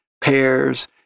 pears